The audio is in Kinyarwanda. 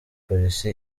polisi